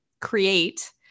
create